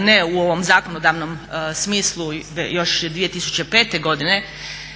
ne u ovom zakonodavnom smislu još 2005. godine,